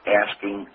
asking